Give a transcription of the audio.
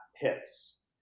hits